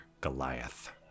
goliath